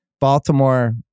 Baltimore